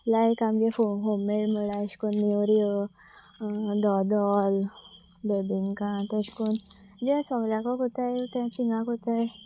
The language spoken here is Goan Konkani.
लायक आमचें होममेड म्हळ्यार अशे करून नेवऱ्यो धोदोल बेबिंका तशें करून जें सगल्याकच करतात तेंच हांगा करतात